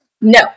no